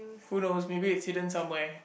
who knows maybe it's hidden somewhere